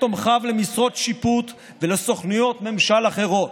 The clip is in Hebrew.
תומכיו למשרות שיפוט ולסוכנויות ממשל אחרות.